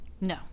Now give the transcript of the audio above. No